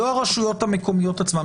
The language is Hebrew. לא הרשויות המקומיות עצמן.